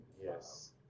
Yes